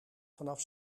vanaf